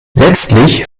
letztlich